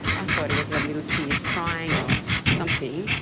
i thought it was a little kid crying, or something,